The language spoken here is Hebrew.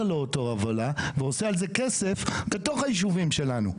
לאותה הובלה ועושה על זה כסף בתוך הישובים שלנו.